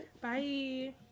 Bye